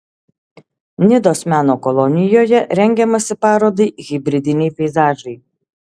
nidos meno kolonijoje rengiamasi parodai hibridiniai peizažai